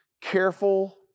careful